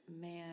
man